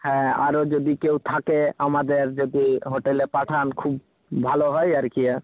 হ্যাঁ আরও যদি কেউ থাকে আমাদের যদি হোটেলে পাঠান খুব ভালো হয় আর কি এ